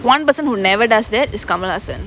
one person who never does that is kamal haasan